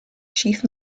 chief